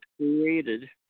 created